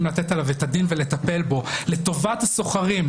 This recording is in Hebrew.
לתת עליו את הדין ולטפל בו לטובת השוכרים.